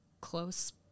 close